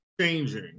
changing